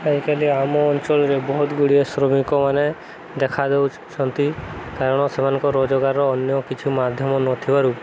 ଆଜିକାଲି ଆମ ଅଞ୍ଚଳରେ ବହୁତ ଗୁଡ଼ିଏ ଶ୍ରମିକମାନେ ଦେଖା ଦଉଛନ୍ତି କାରଣ ସେମାନଙ୍କ ରୋଜଗାରର ଅନ୍ୟ କିଛି ମାଧ୍ୟମ ନଥିବାରୁ